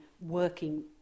working